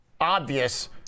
obvious